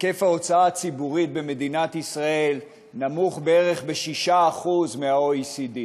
היקף ההוצאה הציבורית במדינת ישראל נמוך בערך ב-6% מה-OECD.